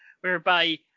whereby